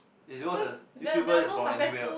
is because is YouTuber is from anywhere what